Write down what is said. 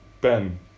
Ben